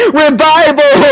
revival